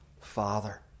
Father